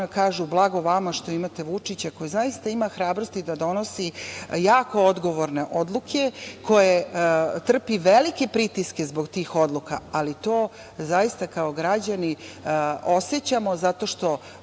kažu - blago vama što imate Vučića, koji zaista ima hrabrosti da donosi jako odgovorne odluke, koji trpi velike pritiske zbog tih odluka, ali to zaista kao građani osećamo, zato što